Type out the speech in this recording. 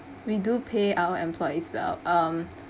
we do pay our employees well um